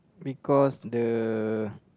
because the